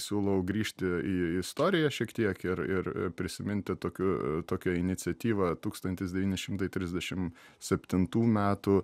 siūlau grįžti į istoriją šiek tiek ir ir prisiminti tokiu tokią iniciatyvą tūkstantis devyni šimtai trisdešim septintų metų